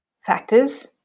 factors